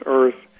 earth